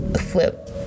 flip